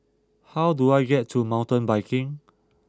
how do I get to Mountain Biking